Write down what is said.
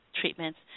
treatments